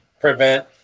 prevent